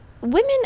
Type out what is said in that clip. women